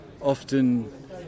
often